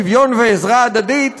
שוויון ועזרה הדדית,